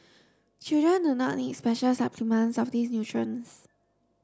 children do not need special supplements of these nutrients